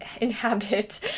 inhabit